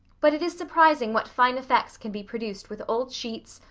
but it is surprising what fine effects can be produced with old sheets,